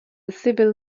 civil